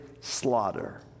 slaughter